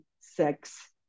sex